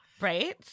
right